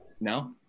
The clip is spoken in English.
No